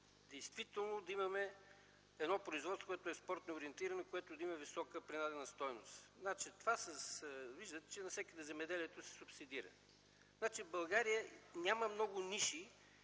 действително да имаме производство, което е експортно ориентирано и което да има висока принадена стойност. Виждате, че навсякъде земеделието се субсидира. България няма много ниши,